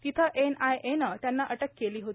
तिथं एनआयएनं त्यांना अटक केली होती